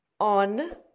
on